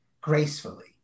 gracefully